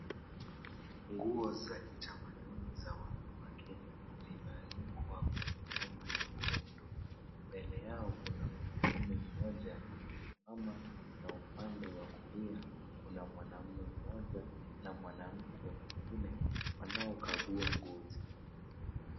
Nguo za kitamaduni za wanawake zinaanikwa kwenye hema nyekundu. Mbele yao kuna mwanamume mmoja ama na upande wa kulia kuna mwanamume mmoja na mwanamke mwingine wanaokagua ngozi.